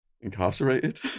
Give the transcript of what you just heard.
incarcerated